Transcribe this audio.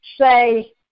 say